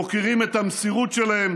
מוקירים את המסירות שלהם,